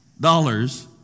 dollars